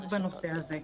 רק לנושא הזה,